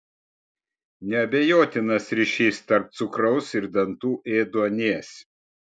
neabejotinas ryšys tarp cukraus ir dantų ėduonies